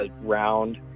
round